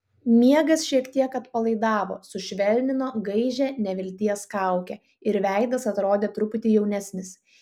miegas šiek tiek atpalaidavo sušvelnino gaižią nevilties kaukę ir veidas atrodė truputį jaunesnis